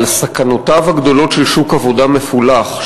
על סכנותיו הגדולות של שוק עבודה מפולח,